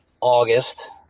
August